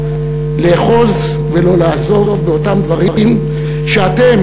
לאחוז ולא לעזוב באותם דברים שאתם,